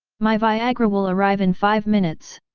my viagra will arrive in five minutes.